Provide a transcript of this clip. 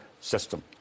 system